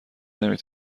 نمی